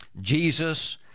Jesus